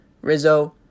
Rizzo